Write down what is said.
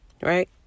right